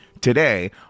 today